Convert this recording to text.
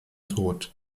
tod